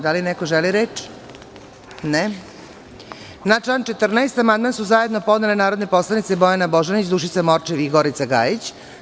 Da li još neko želi reč? (Ne.) Na član 14. amandman su zajedno podnele narodni poslanici Bojana Božanić, Dušica Morčev i Gorica Gajić.